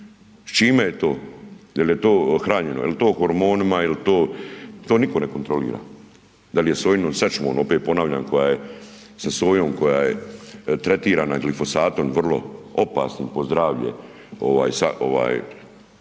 S čime je to? Jel to hranjeno, jel to hormonima, jel to, to nitko ne kontrolira, da li je sojinom sačmom opet ponavljam sa sojom koja je tretirana glifosatom vrlo opasnim po zdravlje ovaj